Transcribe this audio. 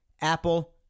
Apple